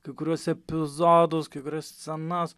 kai kuriuos epizodus kai kurias scenas